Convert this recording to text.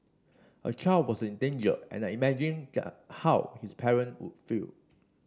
a child was in danger and I imagined how his parent would feel